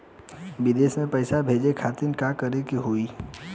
विदेश मे पैसा भेजे खातिर का करे के होयी?